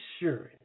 Insurance